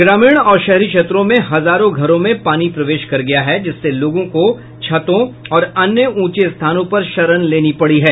ग्रामीण और शहरी क्षेत्रों में हजारों घरों में पानी प्रवेश कर गया है जिससे लोगों को छतों और अन्य ऊंचे स्थानों पर शरण लेनी पड़ी है